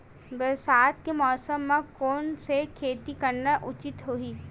बरसात के मौसम म कोन से खेती करना उचित होही?